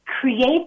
create